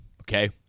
okay